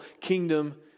kingdom